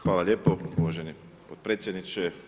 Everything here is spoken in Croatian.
Hvala lijepo uvaženi podpredsjedniče.